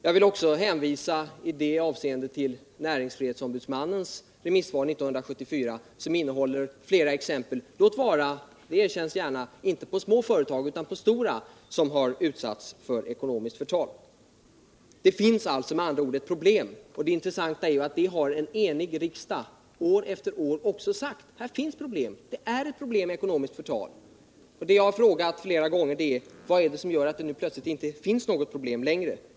Jag vill i det avseendet också hänvisa till näringsfrihetsombudsmannens remissvar 1974, som innehåller olika exempel på företag, inte små — det skall erkännas — utan stora, som har utsatts för ekonomiskt förtal. Det finns alltså ett problem med ekonomiskt förtal. Det intressanta är att det har en enig riksdag sagt år efter år. Jag har flera gånger frågat: Vad är det som gör att det nu plötsligen inte finns något problem längre?